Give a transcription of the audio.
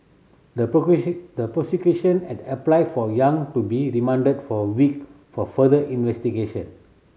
the the prosecution had applied for Yang to be remanded for a week for further investigation